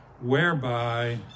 whereby